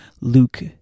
luke